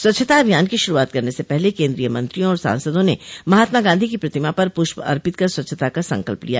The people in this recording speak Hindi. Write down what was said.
स्वच्छता अभियान की श्रुआत करने से पहले केंद्रीय मंत्रियों और सांसदों ने महात्मा गांधी की प्रतिमा पर पृष्प अर्पित कर स्वच्छता का संकल्प लिया